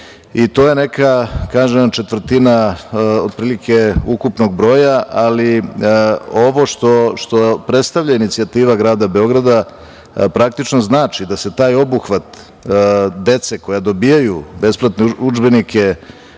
i to je neka, kažem vam, četvrtina ukupnog broja, ali ovo što predstavlja inicijativa grada Beograda praktično znači da se taj obuhvat dece koja dobijaju besplatne udžbenike